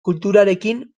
kulturarekin